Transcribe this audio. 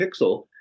Pixel